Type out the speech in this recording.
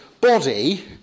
body